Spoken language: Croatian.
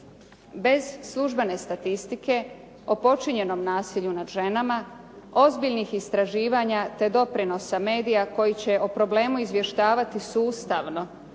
Bez službene statistike o počinjenom nasilju nad ženama, ozbiljnih istraživanja te doprinosa medija koji će o problemu izvještavati sustavno,